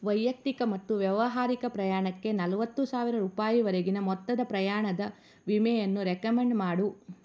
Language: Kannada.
ವೈಯಕ್ತಿಕ ಮತ್ತು ವ್ಯಾವಹಾರಿಕ ಪ್ರಯಾಣಕ್ಕೆ ನಲವತ್ತು ಸಾವಿರ ರೂಪಾಯಿವರೆಗಿನ ಮೊತ್ತದ ಪ್ರಯಾಣದ ವಿಮೆಯನ್ನು ರೆಕಮೆಂಡ್ ಮಾಡು